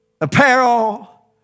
apparel